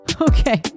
Okay